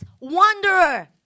wanderer